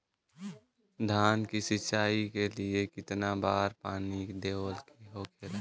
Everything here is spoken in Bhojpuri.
धान की सिंचाई के लिए कितना बार पानी देवल के होखेला?